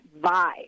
vibe